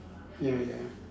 ya ya